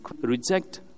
reject